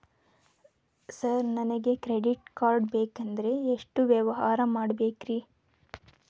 Sir ನನಗೆ credit card ಬೇಕಂದ್ರೆ ಎಷ್ಟು ವ್ಯವಹಾರ ಮಾಡಬೇಕ್ರಿ?